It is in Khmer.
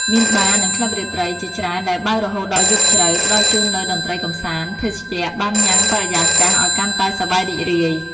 មាន បារ៍ និងក្លឹបរាត្រី ជាច្រើនដែលបើករហូតដល់យប់ជ្រៅ ផ្តល់ជូននូវតន្ត្រីកម្សាន្ត ភេសជ្ជៈ បានញ៉ាំងបរិយាកាសឲ្យកាន់តែសប្បាយរីករាយ។